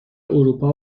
اروپا